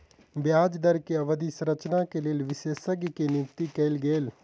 ब्याज दर के अवधि संरचना के लेल विशेषज्ञ के नियुक्ति कयल गेल